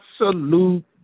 absolute